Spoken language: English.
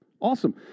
Awesome